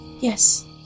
Yes